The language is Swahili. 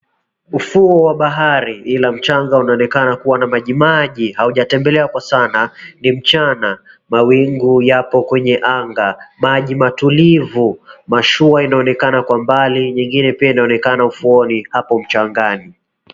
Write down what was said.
Ufuo wa bahari ila mchanga unaonekana kuwa na majimaji haujatembelewa kwa sana, ni mchana mawingu yapo kwenye anga, maji matulivu ,mashua inaonekana kwa mbali ingine inaonekana ufuoni hapo mchangani.